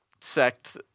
sect